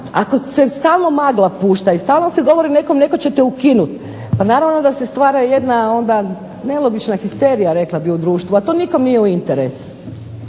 ako se stalno magla pušta i stalno se govori nekom netko će te ukinut, pa naravno da se stvara jedna onda nelogična histerija rekla bih u društvu, a to nikom nije u interesu.